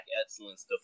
excellence